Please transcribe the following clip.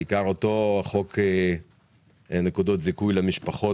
- בעיקר אותו חוק נקודות זיכוי למשפחות